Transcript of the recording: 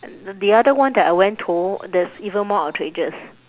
the other one that I went to there's even more outrageous